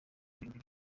birindwi